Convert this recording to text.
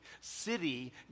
city